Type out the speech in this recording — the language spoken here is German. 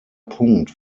punkt